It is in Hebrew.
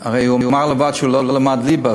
הרי הוא עצמו אמר שהוא לא למד ליבה,